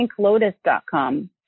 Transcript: pinklotus.com